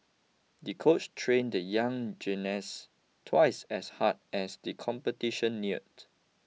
the coach trained the young gymnast twice as hard as the competition neared